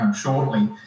shortly